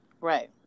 right